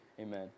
Amen